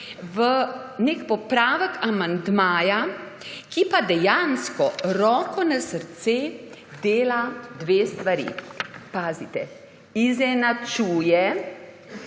v nek popravek amandmaja, ki pa dejansko, roko na srce, dela dve stvari – pazite -, izenačuje